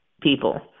people